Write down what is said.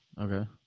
Okay